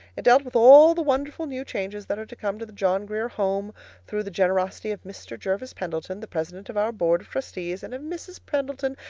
it dealt with all the wonderful new changes that are to come to the john grier home through the generosity of mr. jervis pendleton, the president of our board of trustees, and of mrs. pendleton,